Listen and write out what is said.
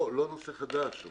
לא נושא חדש,